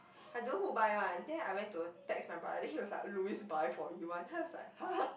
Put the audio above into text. I don't know who buy one then I went to text my brother then he was like Louis buy for you one then I was like !huh!